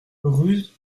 rue